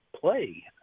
play